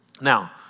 Now